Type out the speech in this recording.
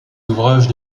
ouvrages